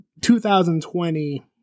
2020